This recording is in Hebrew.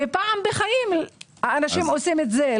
ופעם בחיים האנשים עושים את זה.